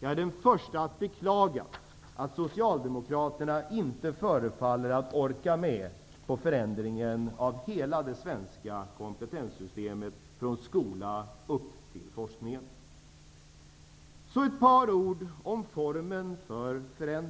Jag är den första att beklaga att Socialdemokraterna inte förefaller att orka med förändringen av hela det svenska kompetenssystemet från skolan upp till forskningen. Låt mig säga ett par ord om formen för förändring.